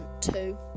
two